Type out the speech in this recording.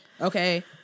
Okay